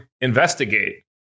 investigate